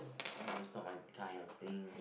oh this not my kind of thing